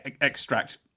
extract